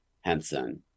Henson